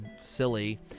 silly